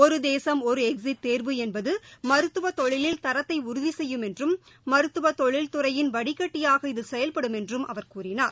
ஒரு தேசம் ஒரு எக்ஸிட் தேர்வு என்பது மருத்துவ தொழிலில் தரத்தை உறுதி செய்யும் என்றும் மருத்துவ தொழில் துறையின் வடிகட்டியாக இது செயல்படும் என்றும் அவர் கூறினார்